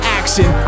action